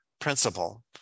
principle